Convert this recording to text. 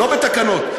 לא בתקנות,